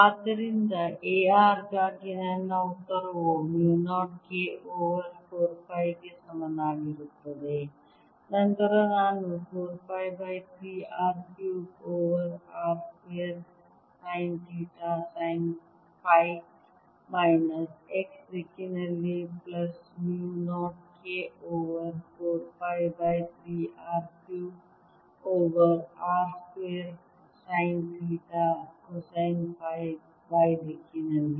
ಆದ್ದರಿಂದ A r ಗಾಗಿ ನನ್ನ ಉತ್ತರವು ಮ್ಯೂ 0 K ಓವರ್ 4 ಪೈ ಗೆ ಸಮನಾಗಿರುತ್ತದೆ ನಂತರ ನಾನು 4 pi by 3 R cube over r square sine theta sine phi minus x ದಿಕ್ಕಿನಲ್ಲಿ plus mu 0 K over 4 pi by 3 R cube over r square sine theta cosine phi y ದಿಕ್ಕಿನಲ್ಲಿ